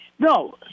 No